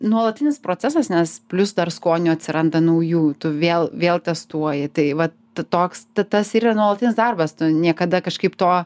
nuolatinis procesas nes plius dar skonių atsiranda naujų tu vėl vėl testuoji tai va toks tas yra nuolatinis darbas tu niekada kažkaip to